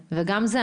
גם את זה,